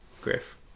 Griff